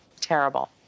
Terrible